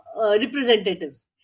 representatives